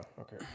okay